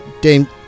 Dame